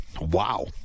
Wow